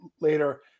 later